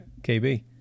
KB